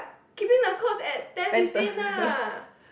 keeping the clothes at ten fifteen lah